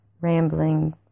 rambling